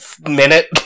minute